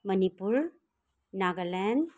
Manipur Nagaland